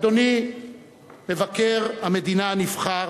אדוני מבקר המדינה הנבחר